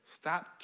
Stop